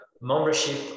membership